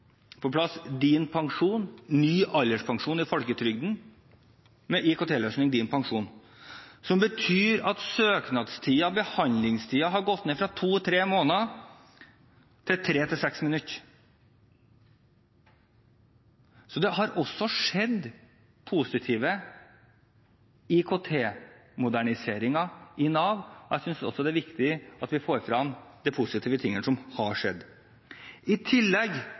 på plass. I tillegg har man fått på plass ny alderspensjon i folketrygden, med IKT-løsningen Din Pensjon, som innebærer at behandlingstiden har gått ned fra to–tre måneder til tre–seks minutter. Så det har også skjedd positive IKT-moderniseringer i Nav, og jeg synes det er viktig at vi får frem de positive tingene som har skjedd. I tillegg,